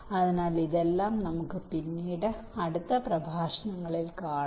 അതിനാൽ ഇതെല്ലാം നമുക്ക് പിന്നീട് അടുത്ത പ്രഭാഷണങ്ങളിൽ കാണാം